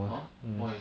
!huh! why